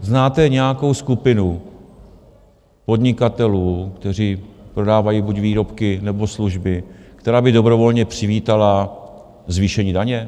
Znáte nějakou skupinu podnikatelů, kteří prodávají výrobky nebo služby, která by dobrovolně přivítala zvýšení daně?